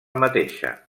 mateixa